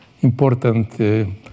important